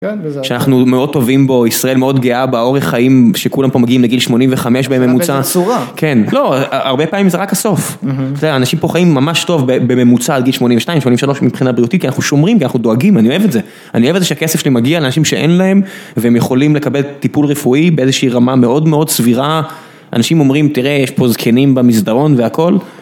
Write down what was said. שאנחנו מאוד טובים בו, ישראל מאוד גאה באורך חיים שכולם פה מגיעים לגיל שמונים וחמש בממוצע. כן, לא, הרבה פעמים זה רק הסוף. אנשים פה חיים ממש טוב בממוצע עד גיל שמונים ושתיים, שמונים ושלוש מבחינה בריאותית, כי אנחנו שומרים, כי אנחנו דואגים, אני אוהב את זה. אני אוהב את זה שהכסף שלי מגיע לאנשים שאין להם, והם יכולים לקבל טיפול רפואי באיזושהי רמה מאוד מאוד סבירה. אנשים אומרים, תראה יש פה זקנים במסדרון והכל.